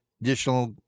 additional